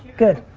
good.